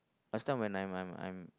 last time when I'm I'm I'm